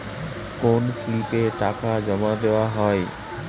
কোন স্লিপে টাকা জমাদেওয়া হয়?